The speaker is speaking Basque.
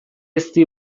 ezti